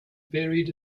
buried